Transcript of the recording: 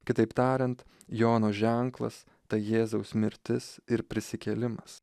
kitaip tariant jono ženklas tai jėzaus mirtis ir prisikėlimas